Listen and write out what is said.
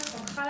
זה מאוד חשוב.